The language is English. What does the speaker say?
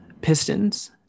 Pistons